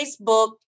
Facebook